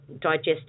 digest